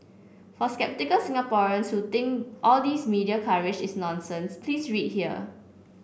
for sceptical Singaporeans who think all these media coverage is nonsense please read here